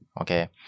Okay